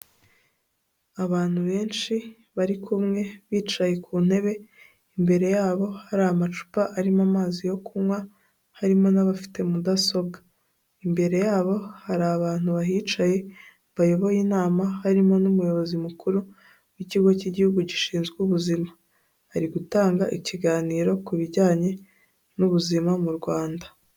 Abantu benshi bari kumwe, bicaye ku ntebe, imbere yabo hari amacupa arimo amazi yo kunywa, harimo n'abafite mudasobwa. Imbere yabo hari abantu bahicaye bayoboye inama, harimo n'umuyobozi mukuru w'Ikigo cy'Igihugu gishinzwe Ubuzima. Ari gutanga ikiganiro ku bijyanye n'ubuzima mu Rwanda.